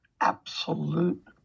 Absolute